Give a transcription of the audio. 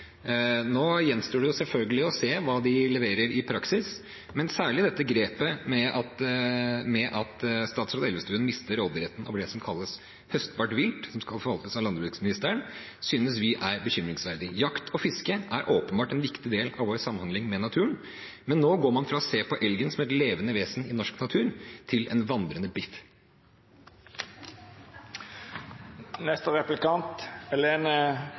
Nå gjenstår det selvfølgelig å se hva de leverer i praksis, men særlig dette grepet med at statsråd Elvestuen mister råderetten over det som kalles «høstbart vilt», og som skal forvaltes av landbruksministeren, synes vi er bekymringsverdig. Jakt og fiske er åpenbart en viktig del av vår samhandling med naturen, men nå går man fra å se på elgen som et levende vesen i norsk natur til å se på den som en vandrende